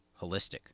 holistic